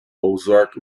ozark